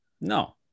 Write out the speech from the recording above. No